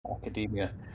academia